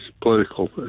political